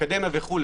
האקדמיה וכו',